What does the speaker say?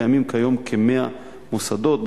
קיימים כיום כ-100 מוסדות,